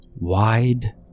Wide